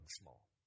small